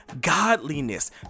godliness